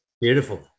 beautiful